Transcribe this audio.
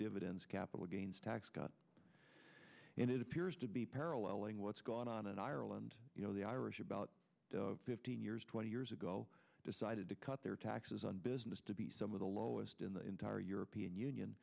dividends capital gains tax cut and it appears to be paralleling what's gone on in ireland you know the irish about fifteen years twenty years ago decided to cut their taxes on business to be some of the lowest in the entire european union